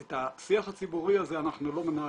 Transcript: את השיח הציבורי הזה אנחנו לא מנהלים.